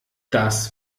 das